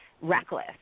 reckless